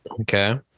Okay